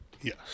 Yes